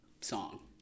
song